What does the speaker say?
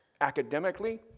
academically